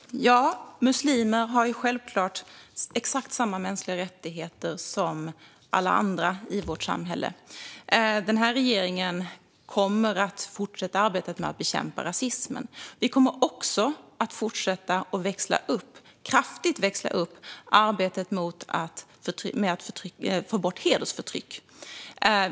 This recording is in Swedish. Fru talman! Muslimer har självklart exakt samma mänskliga rättigheter som alla andra i vårt samhälle. Regeringen kommer att fortsätta arbetet med att bekämpa rasismen. Vi kommer också att fortsätta att kraftigt växla upp arbetet med att få bort hedersförtryck.